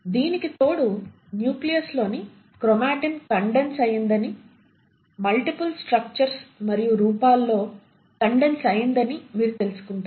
దీనికి తోడు న్యూక్లియస్లోని క్రోమాటిన్ కండెన్స్ అయ్యిందని మల్టిపుల్ స్ట్రక్చర్స్ మరియు రూపాల్లో కండెన్స్ అయ్యిందని మీరు తెలుసుకుంటారు